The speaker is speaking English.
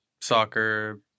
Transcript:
soccer